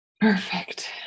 Perfect